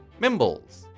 Mimbles